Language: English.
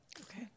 Okay